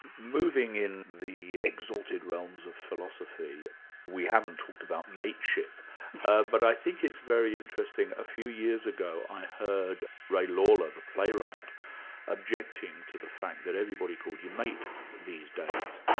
moving in the exalted realms of philosophy we haven't talked about mateship but i think it's very interesting a few years ago i heard ray lawler the playwright objecting to the fact that everybody called you mate these days.